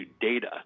data